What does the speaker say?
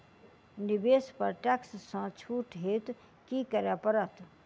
निवेश पर टैक्स सँ छुट हेतु की करै पड़त?